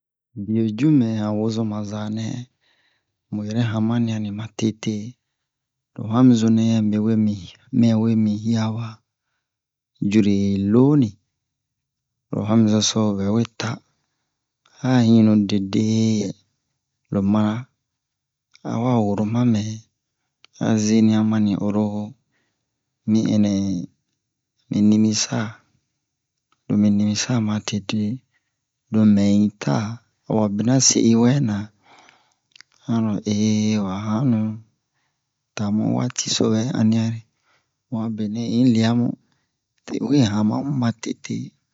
Biye ju mɛ han wozoma zanɛ mu ɛnɛ hamani'a ni ma tete hamizo nɛ mɛwe mi mɛwe mi hiya wa jure loni ho hamizo so bɛwe ta a ninu dedeyɛ lo mana a wa woro ma mɛn a zeniya mani oro mi ɛnɛ mi nimisa mi nimisa ma tete lo mɛ i ta awa bina se'i wɛna a mɛro wa hanu ta mu waati so bɛ ani'are mu a benɛ un yi le'a mu ti un yi hamamu ma tete